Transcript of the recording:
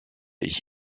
ich